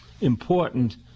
important